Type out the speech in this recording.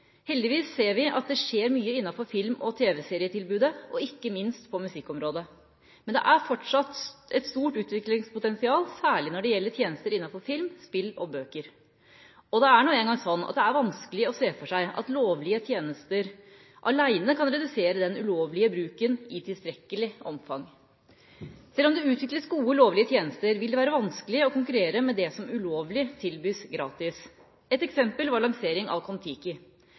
Heldigvis ser vi at det skjer mye innenfor film- og tv-serietilbudet og, ikke minst, på musikkområdet. Men det er fortsatt et stort utviklingspotensial, særlig når det gjelder tjenester innenfor film, spill og bøker. Og det er nå en gang sånn at det er vanskelig å se for seg at lovlige tjenester alene kan redusere den ulovlige bruken i tilstrekkelig omfang. Sjøl om det utvikles gode lovlige tjenester, vil det være vanskelig å konkurrere med det som ulovlig tilbys gratis. Et eksempel er lanseringen av filmen «Kon-Tiki». Dagen etter lansering på dvd, iTunes og Get box var